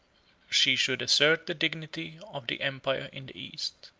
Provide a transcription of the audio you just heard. she should assert the dignity of the empire in the east.